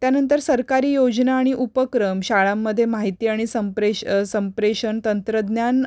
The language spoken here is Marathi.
त्यानंतर सरकारी योजना आणि उपक्रम शाळांमध्ये माहिती आणि संप्रेश संप्रेषण तंत्रज्ञान